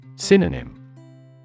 Synonym